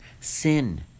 Sin